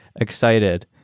excited